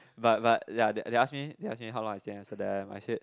but but ya they asked me they asked me how long I stay in Amsterdam I said